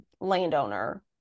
landowner